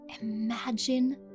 Imagine